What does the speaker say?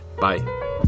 Bye